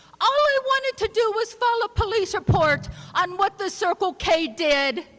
all i wanted to do was file a police report on what the circle k did.